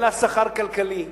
אין לה שכל כלכלי,